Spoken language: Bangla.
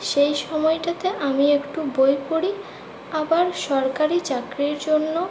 সেই সময়টাতে আমি একটু বই পড়ি আবার সরকারি চাকরির জন্য